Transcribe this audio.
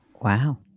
Wow